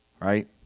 Right